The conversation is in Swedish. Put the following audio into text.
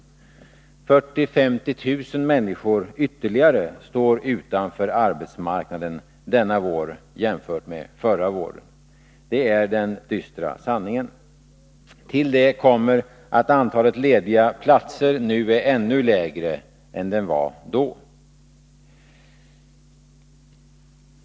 Ytterligare 40 000-50 000 människor står utanför arbetsmarknaden denna vår jämfört med förra våren. Det är den dystra sanningen. Till det kommer att antalet lediga platser nu är ännu lägre än det var då.